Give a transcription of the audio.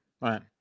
Right